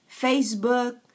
facebook